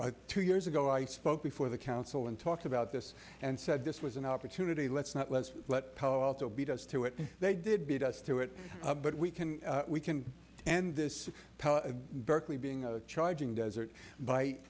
so two years ago i spoke before the council and talked about this and said this was an opportunity let's not let's let power also beat us to it they did beat us to it but we can we can and this berkeley being a charging desert b